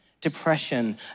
depression